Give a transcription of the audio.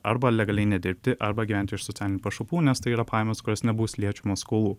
arba legaliai nedirbti arba gyventi iš socialinių pašalpų nes tai yra pajamos kurios nebus liečiamos skolų